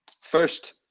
first